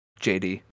jd